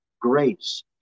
grace